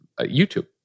YouTube